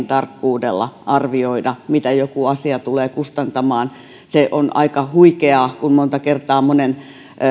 tarkkuudella arvioida mitä joku asia tulee kustantamaan se on aika huikeaa kun monta kertaa monen